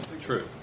True